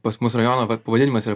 pas mus rajono pavadinimas yra